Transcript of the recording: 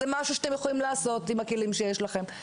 זה משהו שאתם יכולים לעשות עם הכלים שיש לכם.